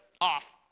off